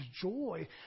joy